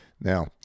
Now